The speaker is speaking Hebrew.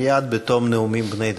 מייד בתום הנאומים בני דקה.